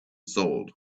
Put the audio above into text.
sold